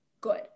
Good